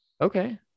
okay